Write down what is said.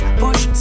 push